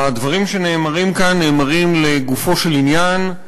הדברים שנאמרים כאן נאמרים לגופו של עניין,